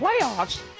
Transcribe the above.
playoffs